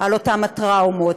על אותן הטראומות?